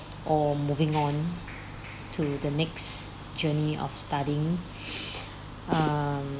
or moving on to the next journey of studying err